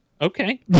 Okay